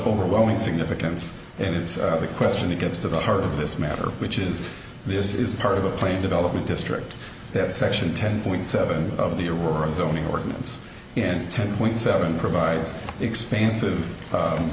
overwhelming significance and it's the question that gets to the heart of this matter which is this is part of the playing development district that section ten point seven of the world zoning ordinance against ten point seven provides expansive